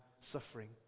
suffering